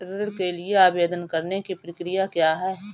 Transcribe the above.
ऋण के लिए आवेदन करने की प्रक्रिया क्या है?